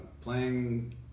playing